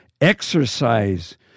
exercise